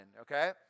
okay